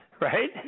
right